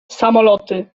samoloty